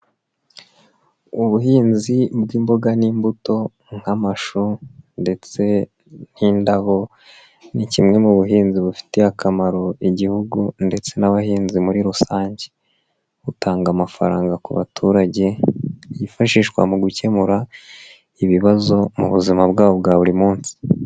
Ubuhinzi bw'imboga n'imbuto nk'amashu ndetse n'indabo, ni kimwe mu buhinzi bufitiye akamaro igihugu ndetse n'abahinzi muri rusange, butanga amafaranga ku baturage, yifashishwa mu gukemura ibibazo mu buzima bwabo bwa buri munsi.